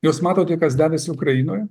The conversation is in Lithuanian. jūs matote kas dedasi ukrainoj